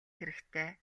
хэрэгтэй